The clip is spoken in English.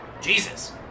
Jesus